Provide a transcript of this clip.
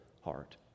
heart